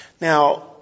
Now